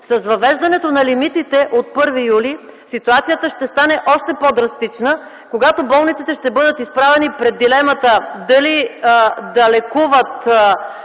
С въвеждането на лимитите от 1 юли ситуацията ще стане още по-драстична, когато болниците ще бъдат изправени пред дилемата дали да лекуват